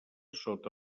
sota